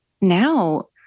now